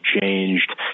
changed